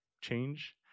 change